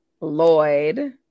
Lloyd